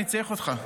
אני צריך אותך.